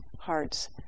hearts